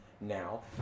now